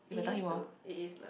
it is though it is lah